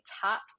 top